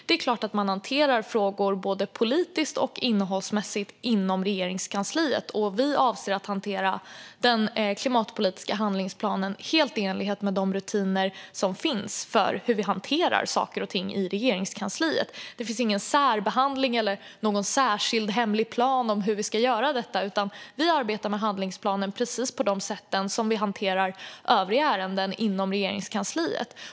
Det är klart att man hanterar frågor både politiskt och innehållsmässigt inom Regeringskansliet, och vi avser att hantera den klimatpolitiska handlingsplanen helt i enlighet med de rutiner som finns för hur vi hanterar saker och ting i Regeringskansliet. Det finns ingen särbehandling eller någon särskild, hemlig plan för hur vi ska göra detta, utan vi arbetar med handlingsplanen på precis samma sätt som vi hanterar övriga ärenden inom Regeringskansliet.